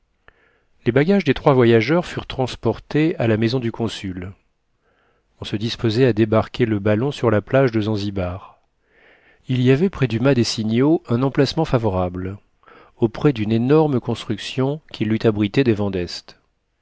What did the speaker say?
les bagages des trois voyageurs furent transportés à la maison du consul on se disposait à débarquer le ballon sur la plage de zanzibar il y avait près du mât des signaux un emplacement favorable auprès d'uneénorme construction qui l'eut abrité des vents d'est